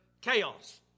chaos